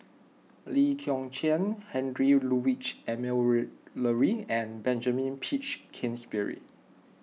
Lee Kong Chian Heinrich Ludwig Emil Luering and Benjamin Peach Keasberry